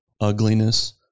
ugliness